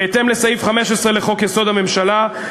בהתאם לסעיף 15 לחוק-יסוד: הממשלה,